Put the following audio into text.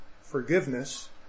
forgiveness